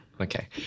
Okay